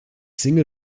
single